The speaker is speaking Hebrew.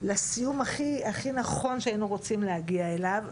לסיום הכי נכון שהיינו רוצים להגיע אליו.